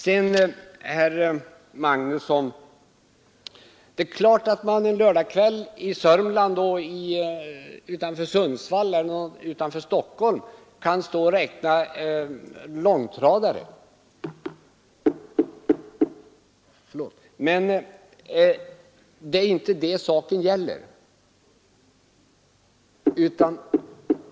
Det är klart, herr Magnusson i Kristinehamn, att man en lördagskväll kan stå vid E 4:an i Sörmland, utanför Sundsvall eller utanför Stockholm och räkna långtradare, men det är inte det saken gäller.